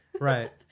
right